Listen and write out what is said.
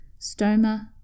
stoma